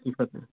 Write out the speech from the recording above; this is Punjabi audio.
ਠੀਕ ਆ ਫੇਰ